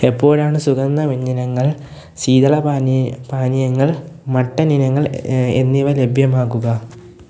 എപ്പോഴാണ് സുഗന്ധ വ്യഞ്ജനങ്ങൾ ശീതള പാനീ പാനീയങ്ങൾ മട്ടൻ ഇനങ്ങൾ എന്നിവ ലഭ്യമാകുക